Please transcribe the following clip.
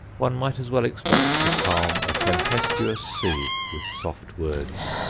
one might as well expect to calm a tempestuous sea with soft words.